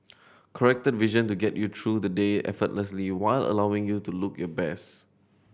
corrected vision to get you through the day effortlessly while allowing you to look your best